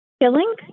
Killing